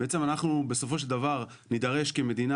בעצם אנחנו בסופו של דבר נדרש כמדינה,